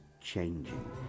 changing